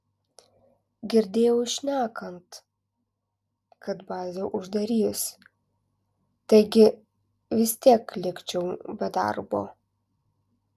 girdėjau šnekant kad bazę uždarys taigi vis tiek likčiau be darbo